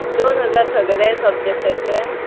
दोन हजार सगळे सबजेक्टाचे